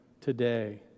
today